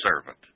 servant